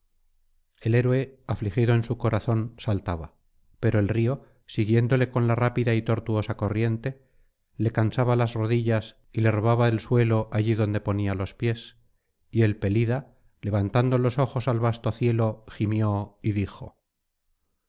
el héroe afligido en su corazón saltaba pero el río siguiéndole con la rápida y tortuosa corriente le cansaba las rodillas y le robaba el suelo allí donde ponía los pies y el pelida levantando los ojos al vasto cielo gimió y dijo